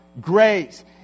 grace